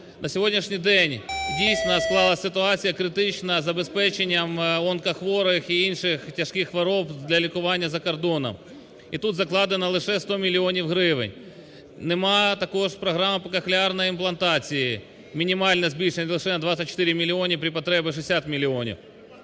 на сьогоднішній день дійсно склалася ситуація критична із забезпеченням онкохворих і інших тяжких хвороб для лікування за кордоном, і тут закладено лише 100 мільйонів гривень. Нема також програми по кохлеарній імплантації, мінімальне збільшення лише на 24 мільйони при потребі в 60